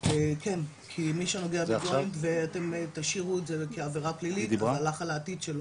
מי שנוגע בג'וינט ואתם תשאירו את זה כעבירה פלילית אז הלך על העתיד שלו.